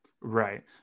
Right